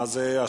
מה זה השפד"ן?